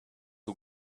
who